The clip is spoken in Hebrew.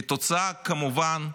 כתוצאה מכך, כמובן,